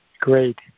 great